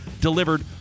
delivered